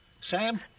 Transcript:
Sam